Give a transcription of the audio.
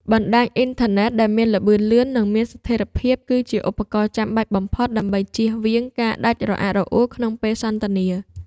បណ្តាញអ៊ីនធឺណិតដែលមានល្បឿនលឿន និងមានស្ថិរភាព គឺជាឧបករណ៍ចាំបាច់បំផុតដើម្បីជៀសវាងការដាច់រអាក់រអួលក្នុងពេលសន្ទនា។